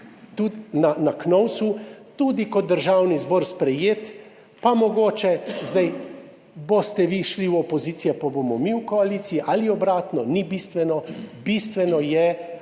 na KNOVS, tudi kot Državni zbor sprejeti. Pa boste mogoče zdaj vi šli v opozicijo, pa bomo mi v koaliciji ali obratno, ni bistveno, bistveno je,